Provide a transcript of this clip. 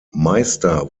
meister